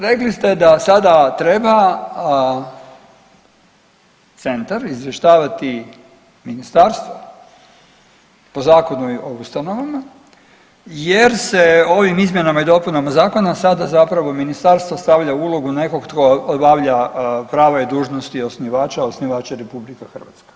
Rekli ste da sada treba centar izvještavati ministarstvo po Zakonu o ustanovama jer se ovim izmjenama i dopunama zakona sada zapravo ministarstvo stavlja u ulogu nekog tko obavlja prava i dužnosti osnivača, osnivač je RH.